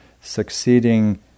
succeeding